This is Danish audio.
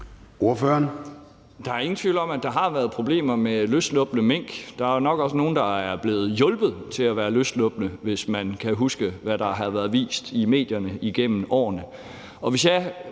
Der er ingen tvivl om, at der har været problemer med løsslupne mink, og der er nok også nogle, der er blevet hjulpet til at være sluppet løs, hvis man kan huske, hvad der har været vist i medierne igennem årene.